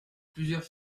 plusieurs